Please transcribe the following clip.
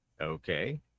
Okay